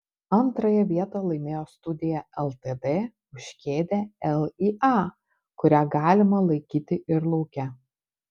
antrąją vietą laimėjo studija ltd už kėdę lya kurią galima laikyti ir lauke